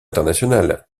international